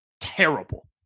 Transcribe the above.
terrible